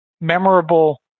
memorable